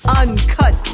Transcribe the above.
uncut